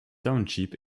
township